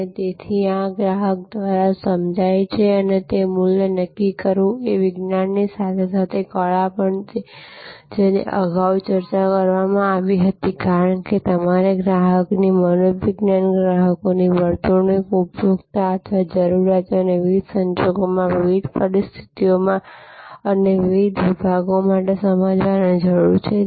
અને તેથી આ ગ્રાહક દ્વારા સમજાય છે તે મૂલ્ય નક્કી કરવું એ વિજ્ઞાનની સાથે સાથે કળા પણ છે જેની અગાઉ ચર્ચા કરવામાં આવી છે કારણ કે તમારે ગ્રાહકની મનોવિજ્ઞાન ગ્રાહકોની વર્તણૂક ઉપભોક્તા અથવા જરૂરિયાતોને વિવિધ સંજોગોમાં વિવિધ પરિસ્થિતિઓમાં અને વિવિધ વિભાગો માટે સમજવાની જરૂર છે